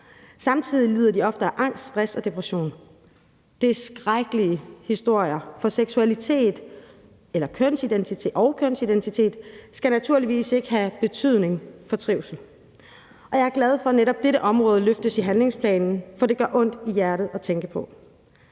Samtidig lider de oftere af angst, stress og depression. Det er skrækkelige historier, for seksualitet og kønsidentitet skal naturligvis ikke have betydning for trivsel. Og jeg er glad for, at netop dette område løftes i handlingsplanen, for det gør ondt i hjertet at tænke på.